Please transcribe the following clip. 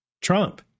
Trump